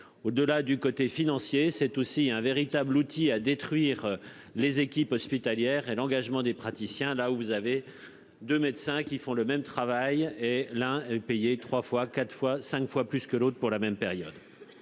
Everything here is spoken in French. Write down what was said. Au delà du côté financier, c'est aussi un véritable outil à détruire les équipes hospitalières et l'engagement des praticiens là où vous avez de médecins qui font le même travail et la payer 3 fois, 4 fois, 5 fois plus que l'autre pour la même période.